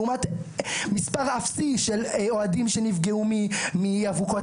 לעומת מספר אפסי של אוהדים שנפגעו מאבוקות.